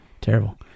Terrible